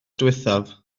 ddiwethaf